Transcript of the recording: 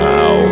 Now